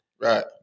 Right